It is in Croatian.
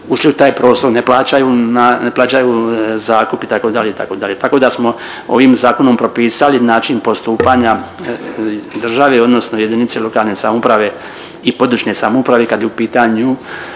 ušli u taj prostor ne plaćaju zakup itd., itd., tako da smo ovim zakonom propisali način postupanja države odnosno jedinice lokalne samouprave i područne samouprave kad je u pitanju